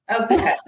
Okay